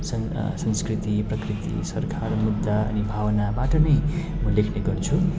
संस् संस्कृति प्रकृति सरकार मुद्दा अनि भावनाबाट नै म लेख्ने गर्छु